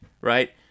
right